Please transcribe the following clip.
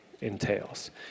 entails